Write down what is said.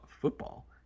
football